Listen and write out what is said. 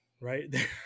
right